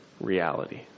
reality